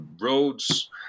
roads